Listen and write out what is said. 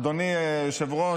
אדוני היושב-ראש,